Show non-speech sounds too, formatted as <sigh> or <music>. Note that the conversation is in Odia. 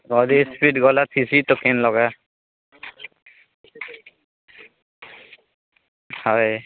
<unintelligible> ଗଲା ଥିସି କେନ୍ ଲଗା ହ ଏ